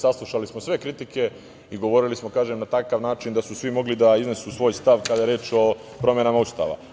Saslušali smo sve kritike i govorili smo na takav način da su svi mogli da iznesu svoj stav kada je reč o promenama Ustava.